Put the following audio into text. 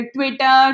Twitter